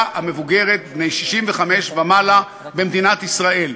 המבוגרת של בני 65 ומעלה במדינת ישראל.